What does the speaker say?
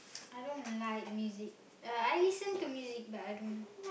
I don't like music uh I listen to music but I don't